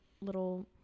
little